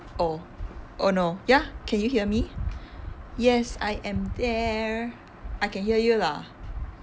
oh oh no ya can you hear me yes I am there I can hear you lah